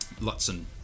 Lutzen